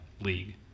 league